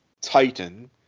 Titan